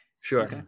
Sure